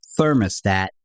thermostat